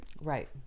Right